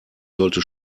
sollte